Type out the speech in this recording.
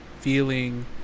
feeling